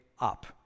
up